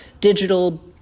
digital